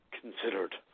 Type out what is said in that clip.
considered